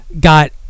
got